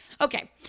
Okay